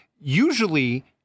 usually